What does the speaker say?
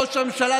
ראש הממשלה,